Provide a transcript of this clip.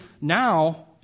now